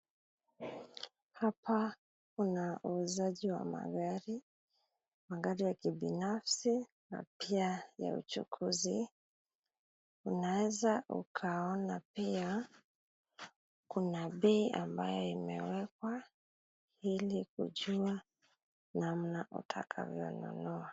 Hapa kuna uuzaji wa magari, magari ya kibinafsi na pia ya uchukuzi, unaweza ukaona pia kuna bei ambayo imewekwa ili kujua namna utakavyo nunua.